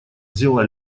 взяла